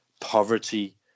poverty